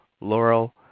Laurel